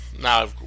Now